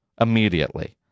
immediately